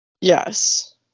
Yes